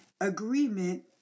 agreement